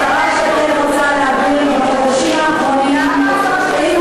השרה שקד רוצה להבהיר כי בחודשים האחרונים, עם